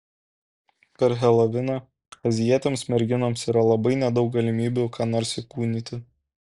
per heloviną azijietėms merginoms yra labai nedaug galimybių ką nors įkūnyti